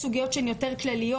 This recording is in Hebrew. סוגיות שהן יותר כלליות,